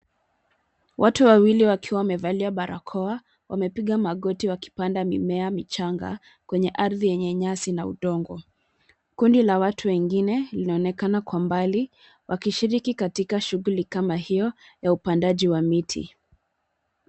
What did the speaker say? Watu wawili wakiwa wamevalia barakoa wamepiga magoti wakipanda mimea michanga kwenye ardhi yenye nyasi na udongo. Kundi la watu wengine linaonekana kwa mbali wakishiriki katika shughuli kama hiyo ya upandiaji wa miti.